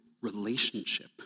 relationship